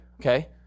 okay